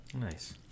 Nice